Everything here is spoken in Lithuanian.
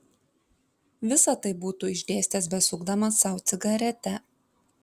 visa tai būtų išdėstęs besukdamas sau cigaretę